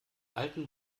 alten